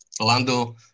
Lando